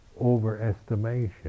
overestimation